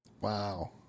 Wow